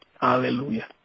Hallelujah